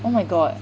oh my god